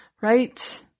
Right